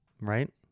right